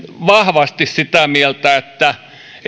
vahvasti sitä mieltä että